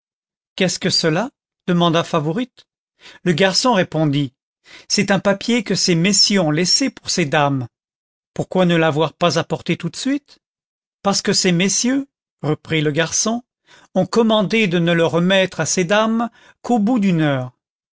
qu'est-ce que cela demanda favourite le garçon répondit c'est un papier que ces messieurs ont laissé pour ces dames pourquoi ne l'avoir pas apporté tout de suite parce que ces messieurs reprit le garçon ont commandé de ne le remettre à ces dames qu'au bout d'une heure